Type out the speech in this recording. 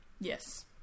Yes